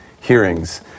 hearings